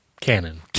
canon